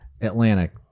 Atlantic